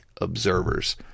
observers